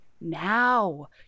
now